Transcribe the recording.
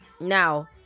Now